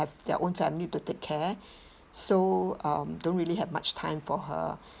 their own family to take care so um don't really have much time for her